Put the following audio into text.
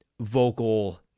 vocal